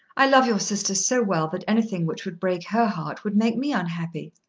i love your sister so well that anything which would break her heart would make me unhappy.